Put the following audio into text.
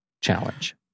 Challenge